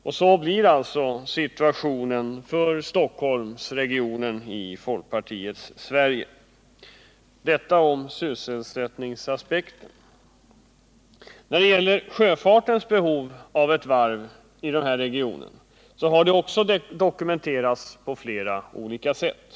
Sådan blir alltså situationen för Stockholmsregionen i folkpartiets Sverige. Detta om sysselsättningsaspekten. Sjöfartens behov av ett varv i den här regionen har också dokumenterats på flera olika sätt.